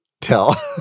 tell